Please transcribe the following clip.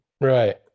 Right